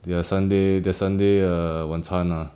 their sunday their sunday err 晚餐啊